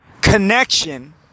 connection